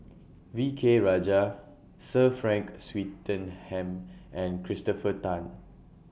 V K Rajah Sir Frank Swettenham and Christopher Tan